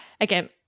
again